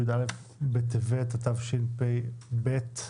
י"א בטבת התשפ"ב,